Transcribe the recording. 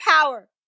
power